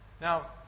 Now